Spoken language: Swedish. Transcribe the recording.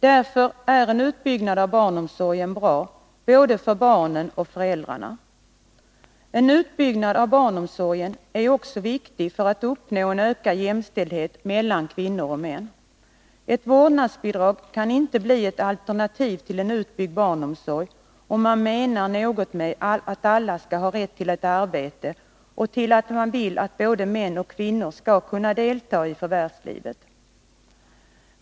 Därför är en utbyggnad av barnomsorgen bra för både barnen och föräldrarna. En utbyggnad av barnomsorgen är också viktig för att uppnå en ökad jämställdhet mellan kvinnor och män. Ett vårdnadsbidrag kan inte bli ett alternativ till en utbyggd barnomsorg, om man menar något med att alla skall ha rätt till ett arbete och om man vill att både män och kvinnor skall kunna delta i förvärvslivet.